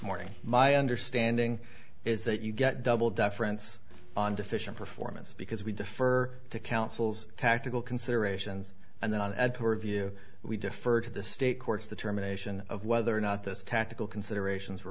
morning my understanding is that you get double deference on deficient performance because we defer to counsel's tactical considerations and then add to our view we defer to the state courts the termination of whether or not this tactical considerations were